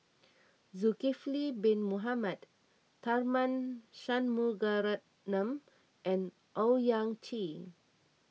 Zulkifli Bin Mohamed Tharman Shanmugaratnam and Owyang Chi